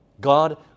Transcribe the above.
God